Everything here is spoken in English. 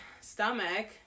stomach